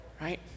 right